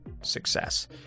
success